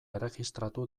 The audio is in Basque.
erregistratu